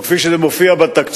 או כפי שזה מופיע בתקציב,